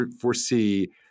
foresee